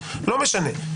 לא משנה,